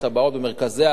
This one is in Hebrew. במרכזי הערים,